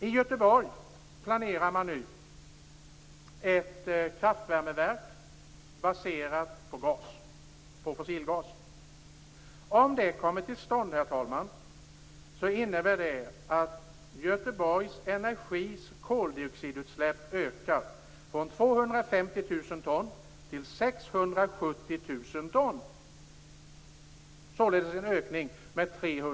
I Göteborg planerar man nu ett kraftvärmeverk baserat på fossilgas. Om det kommer till stånd, herr talman, innebär det att Göteborg Energis koldioxidutläpp ökar från 250 000 ton till 670 000 ton.